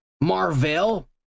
Marvel